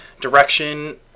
direction